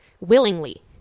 Willingly